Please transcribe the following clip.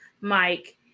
Mike